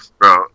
bro